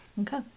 Okay